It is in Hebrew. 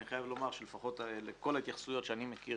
אני חייב לומר שלפחות לכל ההתייחסויות שאני מכיר